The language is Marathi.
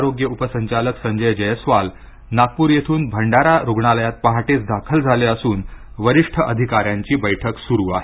आरोग्य उपसंचालक संजय जयस्वाल नागपूर येथून भंडारा रुग्णालयात पहाटेच दाखल झाले असून वरिष्ठ अधिकाऱ्यांची बैठक सुरु आहे